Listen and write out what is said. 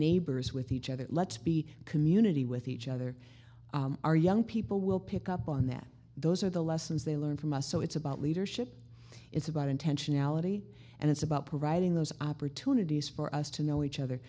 neighbors with each other let's be community with each other our young people will pick up on that those are the lessons they learn from us so it's about leadership it's about intentionality and it's about providing those opportunities for us to know each other